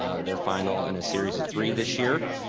ah their final in a series of three this year.